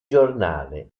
giornale